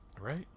right